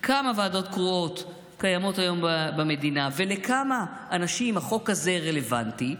כמה ועדות קרואות קיימות היום במדינה ולכמה אנשים החוק הזה רלוונטי,